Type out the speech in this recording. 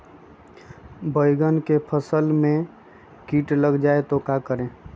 बैंगन की फसल में कीट लग जाए तो क्या करें?